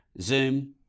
Zoom